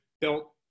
built